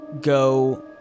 go